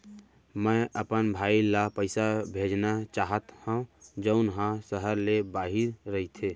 मै अपन भाई ला पइसा भेजना चाहत हव जऊन हा सहर ले बाहिर रहीथे